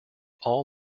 all